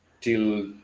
till